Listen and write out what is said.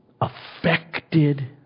affected